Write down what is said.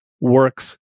works